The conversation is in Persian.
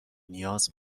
نیاز